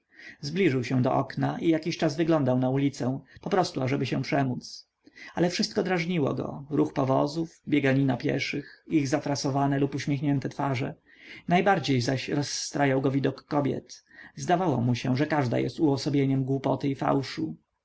zbliżył się do okna i jakiś czas wyglądał na ulicę poprostu ażeby się przemódz ale wszystko drażniło go ruch powozów bieganina pieszych ich zafrasowane lub uśmiechnięte twarze najbardziej zaś rozstrajał go widok kobiet zdawało mu się że każda jest uosobieniem głupoty i fałszu